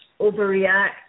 overreact